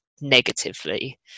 negatively